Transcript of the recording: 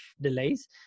delays